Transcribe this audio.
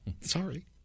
Sorry